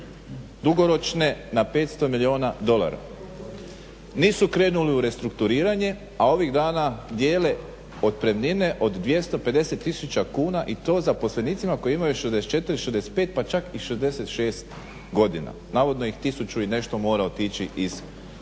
dugoročne na 500 milijuna dolara, nisu krenuli u restrukturiranje a ovih dana dijele otpremnine od 250 tisuća kuna i to zaposlenicima koji imaju 64, 65, pa čak i 66 godina, navodno ih tisuću i nešto mora otići iz tog